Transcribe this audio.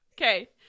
Okay